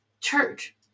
church